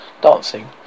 dancing